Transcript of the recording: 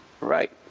Right